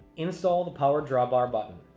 install the power drawbar button.